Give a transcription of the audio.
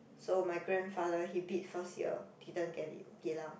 so my grandfather he bid first year didn't get it Geylang